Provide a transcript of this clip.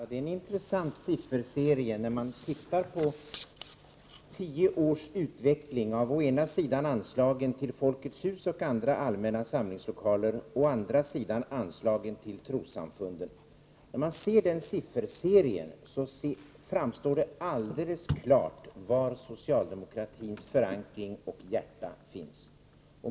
Herr talman! Tio års utveckling av å ena sidan anslagen till Folkets hus och andra allmänna samlingslokaler och å andra sidan anslagen till trossamfunden är en intressant läsning. När man ser den sifferserien, framstår det alldeles klart var socialdemokratins förankring och hjärta finns.